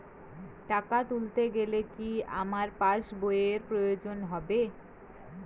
টাকা তুলতে গেলে কি আমার পাশ বইয়ের প্রয়োজন হবে?